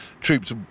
troops